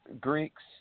Greeks